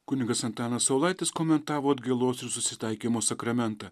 kunigas antanas saulaitis komentavo atgailos ir susitaikymo sakramentą